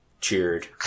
cheered